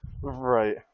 Right